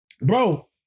bro